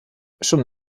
schon